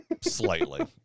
Slightly